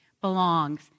belongs